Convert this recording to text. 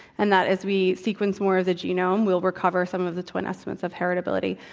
and that, as we sequence more of the genome, we'll recover some of the twin estimates of heritability.